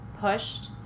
pushed